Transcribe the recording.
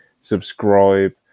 subscribe